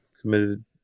committed